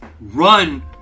run